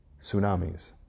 tsunamis